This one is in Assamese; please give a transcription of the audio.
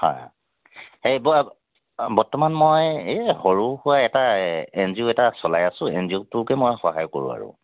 হয় এই বৰ বৰ্তমান মই এই সৰু সুৰা এটা এন জি অ' এটা চলাই আছোঁ এন জি অ'টোকে মই সহায় কৰোঁ আৰু